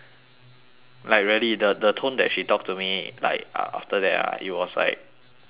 like really the the tone that she talk to me like af~ after that ah it was like damn done